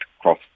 cross